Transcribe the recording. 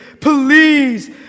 Please